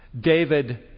David